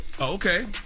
Okay